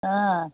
ஆ